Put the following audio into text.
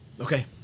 Okay